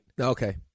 Okay